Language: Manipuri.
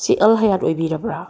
ꯁꯤ ꯑꯜ ꯍꯥꯌꯥꯠ ꯑꯣꯏꯕꯤꯔꯕ꯭ꯔꯥ